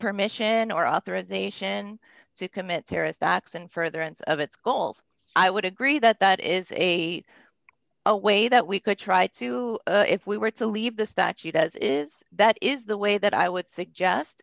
permission or authorization to commit terrorist acts and further ends of its goals i would agree that that is eight a way that we could try to if we were to leave the statute as it is that is the way that i would suggest